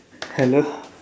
hello